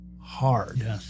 hard